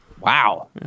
Wow